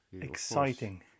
exciting